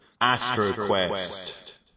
AstroQuest